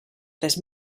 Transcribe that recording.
tres